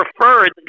preferred